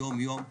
יום יום,